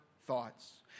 thoughts